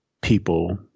people